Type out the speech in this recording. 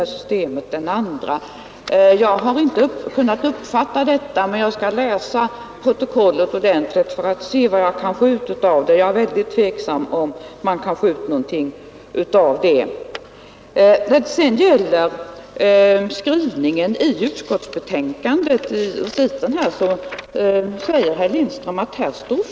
Jag har inte kunnat uppfatta motiveringen för detta påstående men jag skall läsa protokollet ordentligt för att se vad jag kan få ut där. Herr Lindström säger att skrivningen blivit fel i utskottsbetänkandets recit.